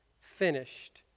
finished